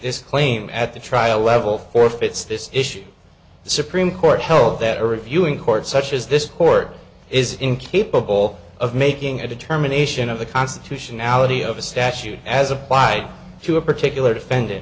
this claim at the trial level forfeits this issue the supreme court held that a reviewing court such as this court is incapable of making a determination of the constitutionality of a statute as applied to a particular defendant